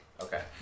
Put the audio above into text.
Okay